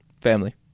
Family